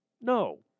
No